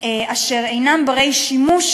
שאינם בני-שימוש,